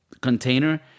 container